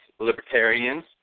Libertarians